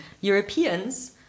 Europeans